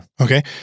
Okay